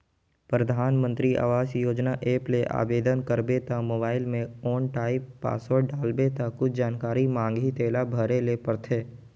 परधानमंतरी आवास योजना ऐप ले आबेदन करबे त मोबईल में वन टाइम पासवर्ड डालबे ता कुछु जानकारी मांगही तेला भरे ले परथे